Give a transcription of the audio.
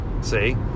See